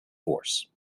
force